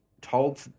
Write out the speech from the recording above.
told